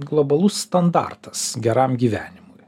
globalus standartas geram gyvenimui